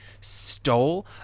stole